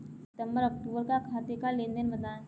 सितंबर अक्तूबर का खाते का लेनदेन बताएं